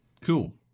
Cool